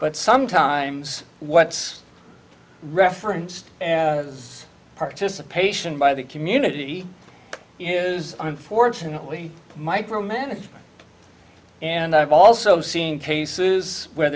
but sometimes what's referenced is participation by the community is unfortunately micromanagement and i've also seen cases where